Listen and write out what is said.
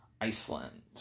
Iceland